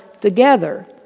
together